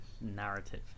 Narrative